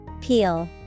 Peel